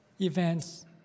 events